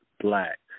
black